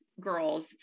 girls